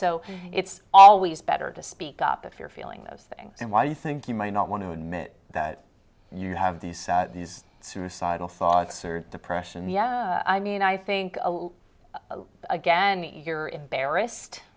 so it's always better to speak up if you're feeling those things and why you think you may not want to admit that you have these these suicidal thoughts or depression yeah i mean i think a lot again you're embarrassed